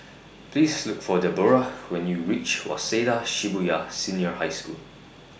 Please Look For Deborrah when YOU REACH Waseda Shibuya Senior High School